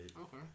Okay